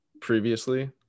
previously